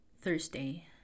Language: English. Thursday